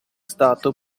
stato